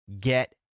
get